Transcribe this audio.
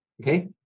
Okay